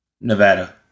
Nevada